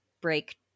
break